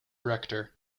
rector